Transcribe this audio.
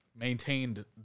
maintained